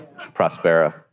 Prospera